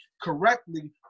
correctly